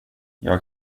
jag